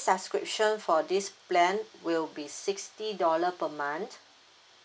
subscription for this plan will be sixty dollar per month